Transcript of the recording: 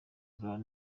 brown